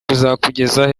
buzakugeza